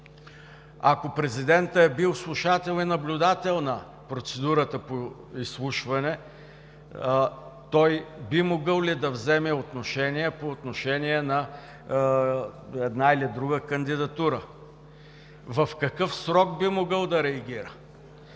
ако президентът е бил слушател и наблюдател на процедурата по изслушване, той би ли могъл да вземе отношение по отношение на една или друга кандидатура? В какъв срок би могъл да реагира?